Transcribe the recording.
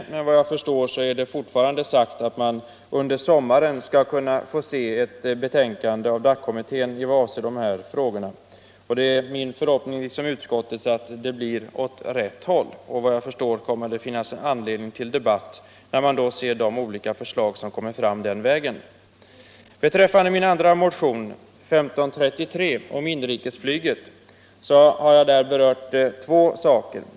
Efter vad jag förstår skall vi emellertid under sommaren få ett betänkande från DAC-kommittén beträffande dessa frågor, och min förhoppning liksom utskottets är att det kommer att gå åt rätt håll. Vi får anledning att återkomma till dessa frågor när vi ser vilka förslag kommittén lägger fram. "I min andra motion, 1533 om inrikesflyget, har jag berört två frågor.